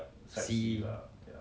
see